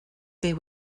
they